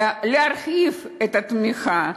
להרחיב את התמיכה,